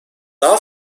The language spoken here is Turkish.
daha